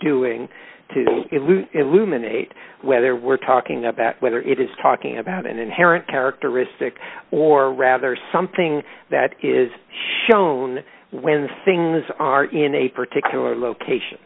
ruminate whether we're talking about whether it is talking about an inherent characteristic or rather something that is shown when things are in a particular location